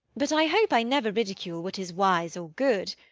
but i hope i never ridicule what is wise or good.